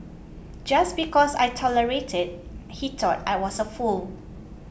just because I tolerated he thought I was a fool